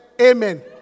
amen